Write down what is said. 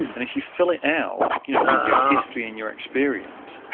and if you fill it out you know with your history and your experience,